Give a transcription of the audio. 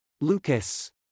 Lucas